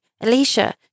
Alicia